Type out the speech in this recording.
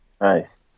Nice